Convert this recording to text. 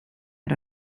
had